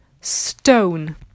stone